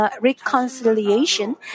Reconciliation